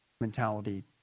mentality